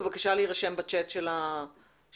בבקשה להירשם בצ'ט של הוועדה.